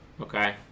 okay